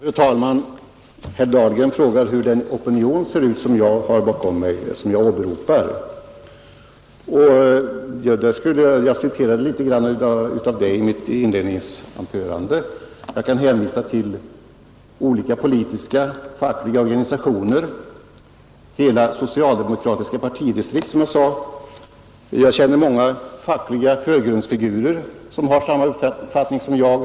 Fru talman! Herr Dahlgren frågade hur den opinion ser ut som jag åberopar att jag har bakom mig i detta fall. Jag angav litet av det i mitt inledningsanförande. Jag kan hänvisa till olika politiska, fackliga organisationer, hela socialdemokratiska partidistrikt, som jag sade, och till många fackliga förgrundsfigurer som har samma uppfattning som jag.